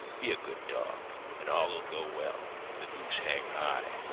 be a good dog and all ll go well and the goose hang high.